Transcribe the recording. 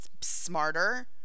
smarter